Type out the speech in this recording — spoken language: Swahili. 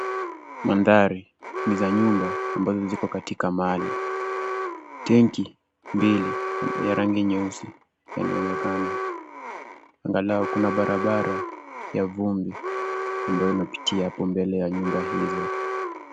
Mandhari ni za nyumba ambazo ziko katika mali. Tenki mbili ya rangi nyeusi yanaonekana. Angalau kuna barabara ya vumbi, ambayo inapitia hapo mbele ya nyumba hizi.